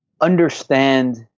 Understand